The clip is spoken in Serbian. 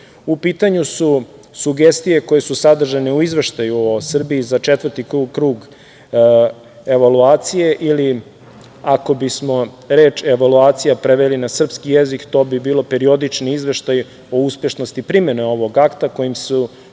pitanju su sugestije koje su sadržane u izveštaju o Srbiji za četvrti krug evaluacije ili ako bismo reč „evaluacija“ preveli na srpski jezik, to bi bilo periodični izveštaj o uspešnosti primene ovog akta kojim su